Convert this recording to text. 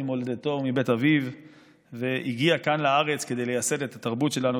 ממולדתו ומבית אביו והגיע כאן לארץ כדי לייסד את התרבות שלנו,